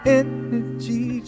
energy